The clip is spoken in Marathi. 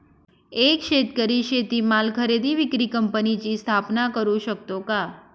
एक शेतकरी शेतीमाल खरेदी विक्री कंपनीची स्थापना करु शकतो का?